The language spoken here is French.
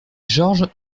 georges